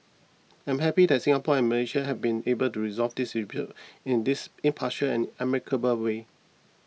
I am happy that Singapore and Malaysia have been able to resolve this dispute in this impartial and amicable way